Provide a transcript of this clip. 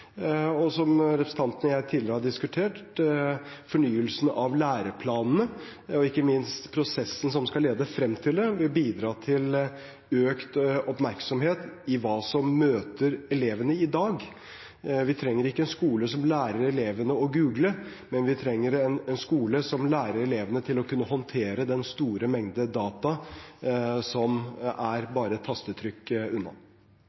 Og – som representanten og jeg tidligere har diskutert – fornyelsen av læreplanene og ikke minst prosessen som skal lede frem til det, vil bidra til økt oppmerksomhet om hva som møter elevene i dag. Vi trenger ikke en skole som lærer elevene å google, men vi trenger en skole som lærer elevene å kunne håndtere den store mengde data som er bare et tastetrykk unna.